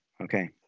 Okay